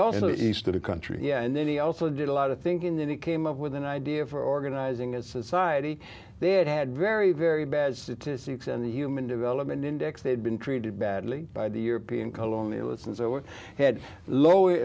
also east of the country and then he also did a lot of thinking that he came up with an idea for organizing a society they had had very very bad statistics in the human development index they had been treated badly by the european colonialism so we had low